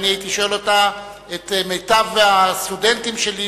אני הייתי שואל אותה את מיטב הסטודנטים שלי,